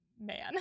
man